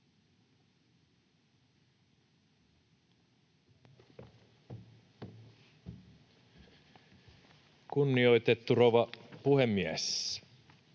Kunnioitettu rouva puhemies!